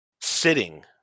Sitting